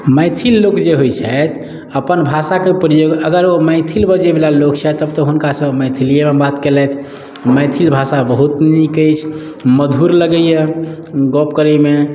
मैथिल लोक जे होइ छथि अपन भाषाके प्रयोग अगर ओ मैथिल बजैबला लोक छथि तब तऽ हुनका सऽ मैथलियै मे बात केलथि मैथिली भाषा बहुत नीक अछि मधुर लगैया गप्प करैमे